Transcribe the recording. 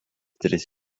tris